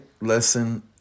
lesson